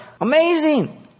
amazing